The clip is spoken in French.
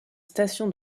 stations